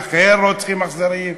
אכן רוצחים אכזריים,